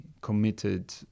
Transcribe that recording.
committed